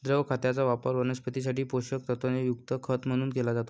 द्रव खताचा वापर वनस्पतीं साठी पोषक तत्वांनी युक्त खत म्हणून केला जातो